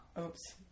Oops